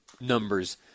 numbers